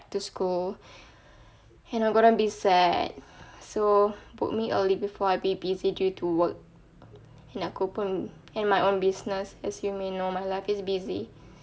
to school and I'm gonna be sad so book me early before I be busy due to work and aku pun and my own business as you may know my life is busy